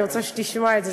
אני רוצה שתשמע את זה.